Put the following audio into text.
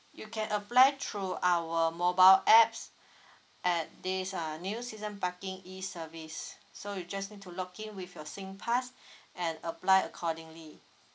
you can apply through our mobile apps at this uh new season parking E service so you just need to log in with your singpass and apply accordingly